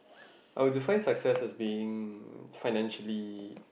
I will define success is being financially